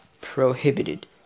prohibited